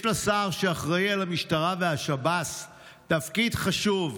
יש לשר שאחראי למשטרה ולשב"ס תפקיד חשוב,